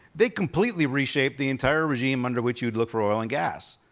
they completely reshaped the entire regime under which you'd look for oil and gas.